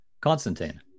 Constantine